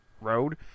road